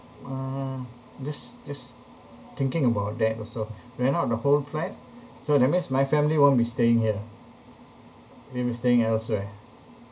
uh just just thinking about that also rent out the whole flat so that means my family won't be staying here they'll be staying elsewhere